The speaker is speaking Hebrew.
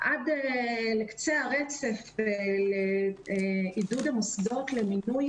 עד לקצה הרצף לעידוד המוסדות למינוי